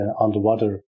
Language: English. underwater